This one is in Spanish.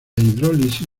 hidrólisis